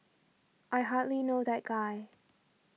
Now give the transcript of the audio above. I hardly know that guy